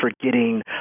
forgetting